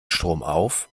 stromauf